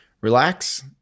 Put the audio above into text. relax